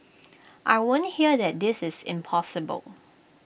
I won't hear that this is impossible